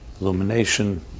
illumination